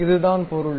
இதுதான் பொருள்